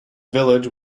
village